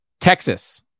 Texas